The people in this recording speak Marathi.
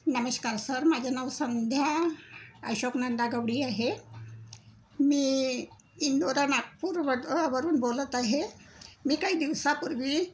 नमश्कार सर माझं नाव संध्या अशोक नंदा गवडी आहे मी इंदोरा नागपूर व वरून बोलत आहे मी काही दिवसापूर्वी